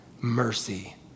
mercy